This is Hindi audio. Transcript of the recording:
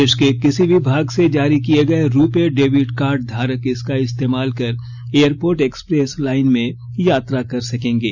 देश को किसी भी भाग से जारी किए गए रुपे डेबिट कार्ड धारक इसका इस्तेमाल कर एयरपोर्ट एक्सप्रेस लाइन में यात्रा कर सकेंगे